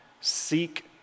seek